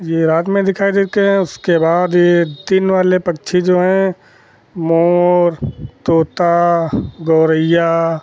यह रात में दिखाई देते हैं इसके बाद में यह दिन वाले पक्षी जो हैं मोर तोता गौरैया